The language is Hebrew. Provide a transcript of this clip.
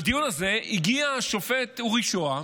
בדיון הזה הגיע השופט אורי שוהם,